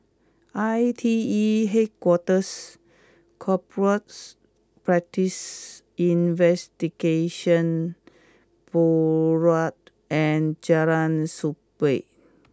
I T E Headquarters Corrupt Practices Investigation Bureau and Jalan Sabit